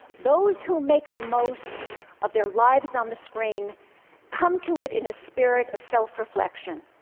those who make the most of their lives on the screen come to it in a spirit of self-reflection.